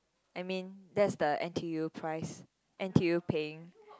I mean that's the N_T_U price N_T_U paying